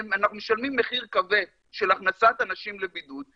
אנחנו משלמים מחיר כבד של הכנסת אנשים לבידוד,